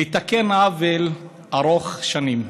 לתקן עוול ארוך שנים,